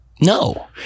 No